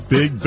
Big